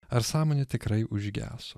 ar sąmonė tikrai užgeso